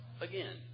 again